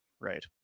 Right